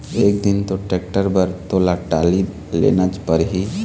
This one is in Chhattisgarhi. एक दिन तो टेक्टर बर तोला टाली लेनच परही